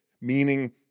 meaning